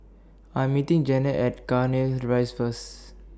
I'm meeting Janet At Cairnhill Rise First